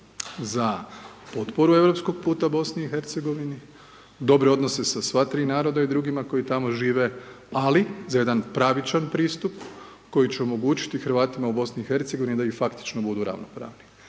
za potporu europskog puta BiH, dobri odnose sa sva tri naroda i drugima koji tamo žive, ali za jedan pravičan pristup koji će omogućiti Hrvatima u BiH da i faktično budu ravnopravni.